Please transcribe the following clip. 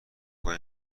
کنی